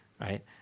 right